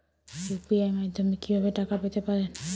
UPI মাধ্যমে কি ভাবে টাকা পেতে পারেন?